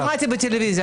מה ששמעתי בטלוויזיה,